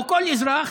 או כל אזרח,